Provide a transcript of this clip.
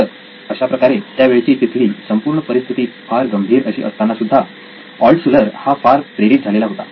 तर अशाप्रकारे त्यावेळेची तिथली संपूर्ण परिस्थिती फार गंभीर अशी असतानासुद्धा ऑल्टशुलर हा फार प्रेरित झालेला होता